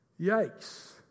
Yikes